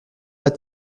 pas